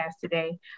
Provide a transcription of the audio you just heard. today